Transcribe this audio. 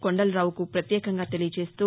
కొండలరావుకు పత్యేకంగా తెలియజేస్తూ